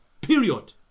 period